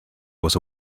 was